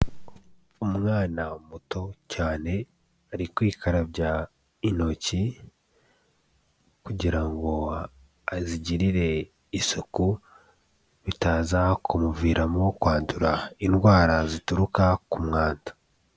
Umwana muto cyane ari kwikarabya intoki kugira ngo azigirire isuku, bitaza kumuviramo kwandura indwara zituruka ku mwanda.